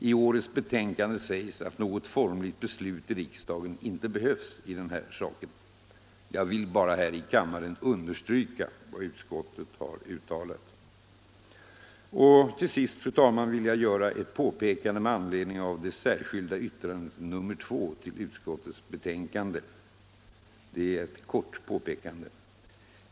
I årets betänkande sägs att något formligt beslut i riksdagen inte behövs i denna sak. Jag vill bara här i kammaren understryka vad utskottet uttalat. Till sist, fru talman, vill jag göra ett påpekande med anledning av det särskilda yttrandet nr 2 till utskottets betänkande. Det är ett kort påpekande.